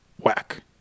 whack